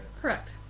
Correct